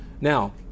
Now